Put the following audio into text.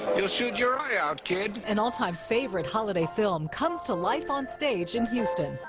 you'll shoot your eye out, kid. an all-time favorite holiday film comes to life on stage in houston.